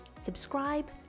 subscribe